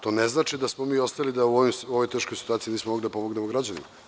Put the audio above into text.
To ne znači da smo ostali u ovoj teškoj situaciji i da ne možemo da pomognemo građanima.